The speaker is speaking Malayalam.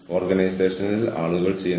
രണ്ട് വ്യത്യസ്ത കോണുകൾ ഉണ്ടായിരിക്കണം